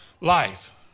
life